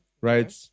right